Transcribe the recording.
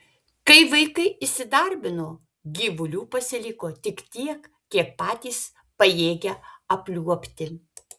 kai vaikai įsidarbino gyvulių pasiliko tik tiek kiek patys pajėgia apliuobti